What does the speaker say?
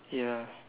ya